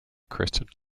crested